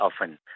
often